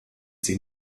sich